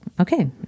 okay